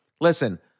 listen